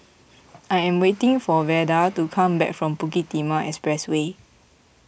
I am waiting for Veda to come back from Bukit Timah Expressway